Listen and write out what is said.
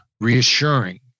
reassuring